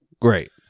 Great